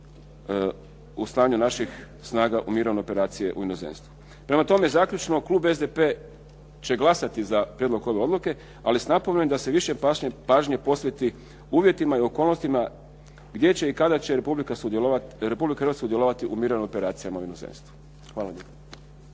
u stanju naših snaga mirovne operacije u inozemstvu. Prema tome zaključno, klub SDP će glasati za prijedlog ove odluke, ali s napomenom da se više pažnje posveti uvjetima i okolnostima gdje će i kada će Republika Hrvatska sudjelovati u mirovnim operacijama u inozemstvu. Hvala lijepo.